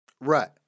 Right